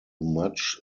much